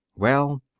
well,